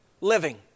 living